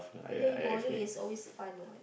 play bowling is always fun what